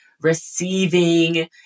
receiving